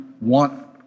want